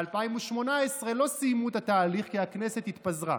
ב-2018 לא סיימו את התהליך, כי הכנסת התפזרה,